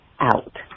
out